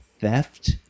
theft